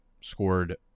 scored